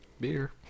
beer